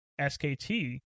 SKT